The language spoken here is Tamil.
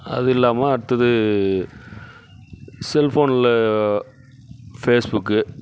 அது இல்லாமல் அடுத்தது செல்ஃபோனில் ஃபேஸ்புக்கு